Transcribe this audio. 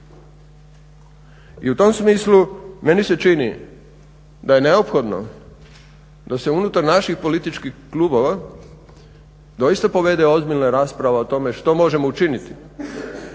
i u tom smislu meni se čini da je neophodno da se unutar naših političkih klubova doista povede ozbiljna rasprava o tome što možemo učiniti